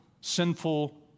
sinful